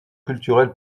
culturel